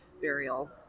burial